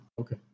Okay